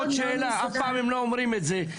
אף פעם הם לא אומרים את זה,